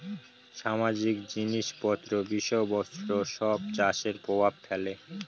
সামাজিক জিনিস পত্র বিষয় বস্তু সব চাষে প্রভাব ফেলে